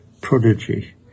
prodigy